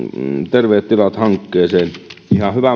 terveet tilat hankkeeseen ihan hyvä